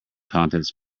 contents